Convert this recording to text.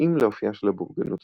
שהתאים לאופיה של הבורגנות